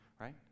right